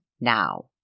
now